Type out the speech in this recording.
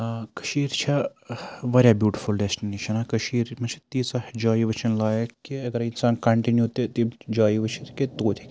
کٔشیٖر چھےٚ واریاہ beautiful destination اَکھ کٔشیٖرِ منٛز چھِ تیٖژاہ جایہِ وٕچھِنۍ لایق کہِ اگرَے اِنسان کَنٹِنیوٗ تہِ تِم جایہِ وٕچھِ کہِ توتہِ ہیٚکہِ نہٕ